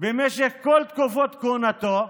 במשך כל תקופות כהונתו,